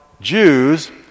Jews